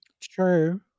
True